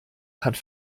hat